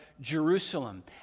Jerusalem